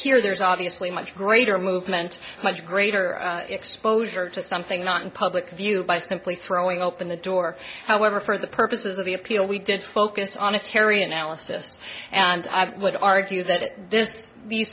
here there's obviously much greater movement much greater exposure to something not in public view by simply throwing open the door however for the purposes of the appeal we did focus on a terry analysis and i would argue that this these